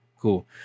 Cool